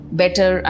better